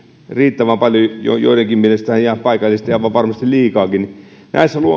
riittävän paljon joidenkin mielestä paikallisesti aivan varmasti ihan liikaankin näissä